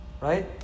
Right